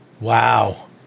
Wow